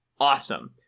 awesome